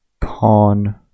Pawn